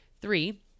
Three